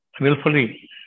willfully